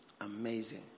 Amazing